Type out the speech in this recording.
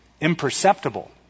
Imperceptible